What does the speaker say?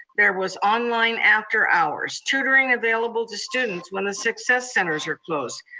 there was online after hours tutoring available to students when the success centers are closed.